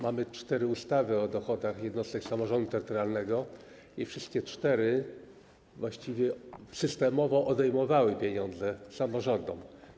Mamy cztery ustawy o dochodach jednostek samorządu terytorialnego i wszystkie cztery właściwie systemowo odejmowały pieniądze samorządom.